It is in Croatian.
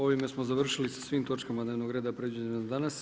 Ovime smo završili sa svim točkama dnevnog reda predviđene za danas.